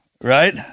Right